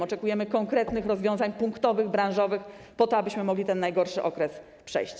Oczekujemy konkretnych rozwiązań punktowych, branżowych, po to abyśmy mogli ten najgorszy okres przejść.